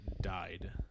Died